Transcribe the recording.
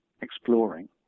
exploring